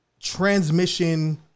transmission